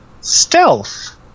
stealth